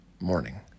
morning